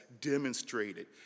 demonstrated